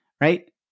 right